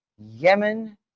Yemen